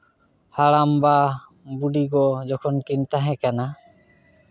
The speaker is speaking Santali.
ᱦᱟᱲᱟᱢᱵᱟ ᱵᱩᱰᱤ ᱜᱚ ᱡᱚᱠᱷᱚᱱ ᱠᱤᱱ ᱛᱟᱦᱮᱸ ᱠᱟᱱᱟ